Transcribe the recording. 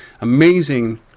amazing